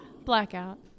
Blackout